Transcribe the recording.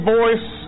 voice